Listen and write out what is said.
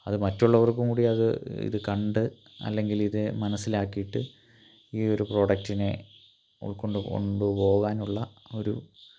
അത് മറ്റുള്ളവർക്കും കൂടി അത് ഇത് കണ്ട് അല്ലെങ്കിൽ ഇത് മനസ്സിലാക്കിയിട്ട് ഈ ഒരു പ്രോഡക്റ്റിനെ ഉൾക്കൊണ്ട് കൊണ്ട് പോകാൻ ഉള്ള ഒരു